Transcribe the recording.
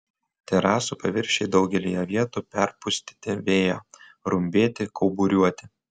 terasų paviršiai daugelyje vietų perpustyti vėjo rumbėti kauburiuoti